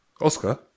Oscar